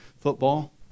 football